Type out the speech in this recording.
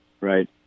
Right